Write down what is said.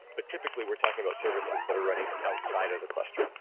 but typically we're talking about services that are running outside of the cluster,